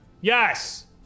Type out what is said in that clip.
Yes